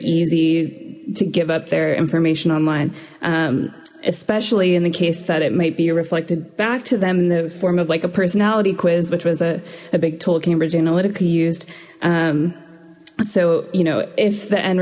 easy to give up their information online especially in the case that it might be reflected back to them in the form of like a personality quiz which was a big tool cambridge analytically used so you know if the end